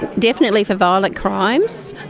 definitely for violent crimes,